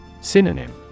Synonym